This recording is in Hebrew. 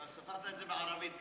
ספרת את זה בערבית.